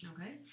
Okay